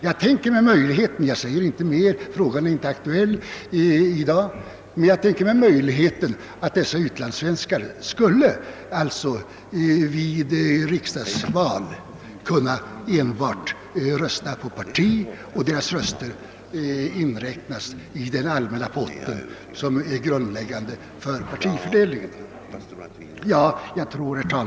Jag tänker mig möjligheten — frågan är inte aktuell i dag — att dessa utlandssvenskar vid riksdagsval skulle kunna rösta enbart på ett parti och att deras röster inräknas i den allmänna pott som är grundläggande för partifördelningen.